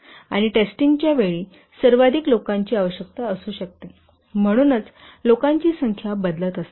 आणि टेस्टिंगच्या वेळी सर्वाधिक लोकांची आवश्यकता असू शकते म्हणूनच लोकांची संख्या बदलत असते